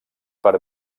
per